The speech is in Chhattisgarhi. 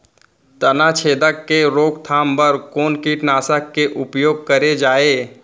तनाछेदक के रोकथाम बर कोन कीटनाशक के उपयोग करे जाये?